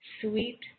sweet